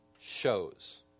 shows